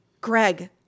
Greg